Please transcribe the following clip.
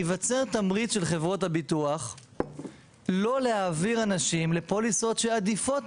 ייווצר תמריץ של חברות הביטוח לא להעביר אנשים לפוליסות שעדיפות